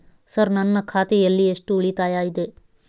Sir ನನ್ನ ಖಾತೆಯಲ್ಲಿ ಎಷ್ಟು ಉಳಿತಾಯ ಇದೆ?